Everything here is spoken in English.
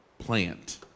plant